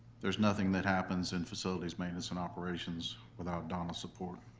there's nothing that happens in facilities maintenance and operations without donna's support.